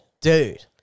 dude